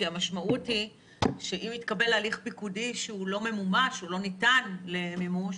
כי המשמעות היא שאם מתקבל הליך פיקודי שהוא לא ממומש או לא ניתן למימוש,